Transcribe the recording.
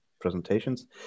presentations